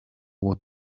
what